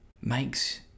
makes